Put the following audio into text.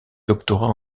doctorat